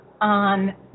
on